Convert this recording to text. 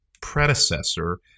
predecessor